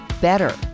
better